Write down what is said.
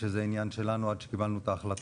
שזה עניין שלנו עד שקיבלנו את ההחלטות,